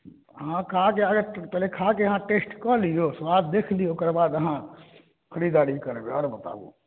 अहाँ काज पहिले खाके अहाँ टेस्ट कऽ लियौ स्वाद देख लियौ ओकर बाद अहाँ खरीददारी करबै आओर बताबु